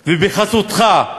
ובחסותך,